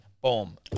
boom